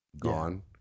gone